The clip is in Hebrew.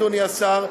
אדוני השר,